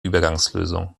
übergangslösung